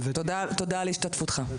תודה על השתתפותך.